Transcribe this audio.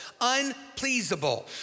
unpleasable